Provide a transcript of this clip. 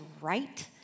right